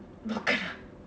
pakoda